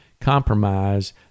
compromise